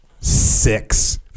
six